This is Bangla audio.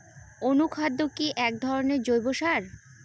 অনুখাদ্য কি এক ধরনের জৈব সার?